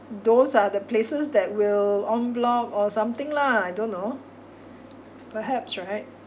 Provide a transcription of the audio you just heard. those are the places that will en bloc or something lah I don't know perhaps right